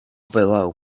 below